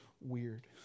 weird